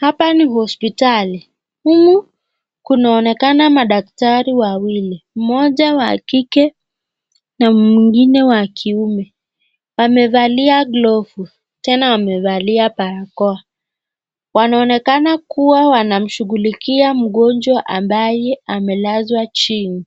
Hapa ni hospitalini humu inaonekana daktari wawili moja wa kike na mwingine wa kiume amefalia glovu tena amefalia barakoa wanonekana kuwa wanashangilia mgonjwa ambaye amelaswa chini